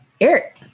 Eric